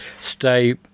stay